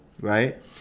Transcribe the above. Right